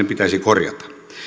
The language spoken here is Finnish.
pitäisi korjata